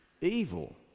evil